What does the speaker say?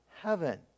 heaven